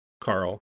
Carl